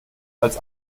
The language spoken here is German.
als